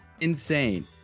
insane